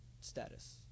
status